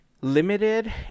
Limited